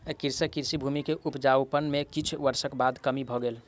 कृषकक कृषि भूमि के उपजाउपन में किछ वर्षक बाद कमी भ गेल